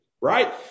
right